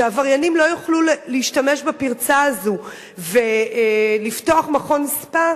שהעבריינים לא יוכלו להשתמש בפרצה הזאת ולפתוח מכון ספא,